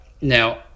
now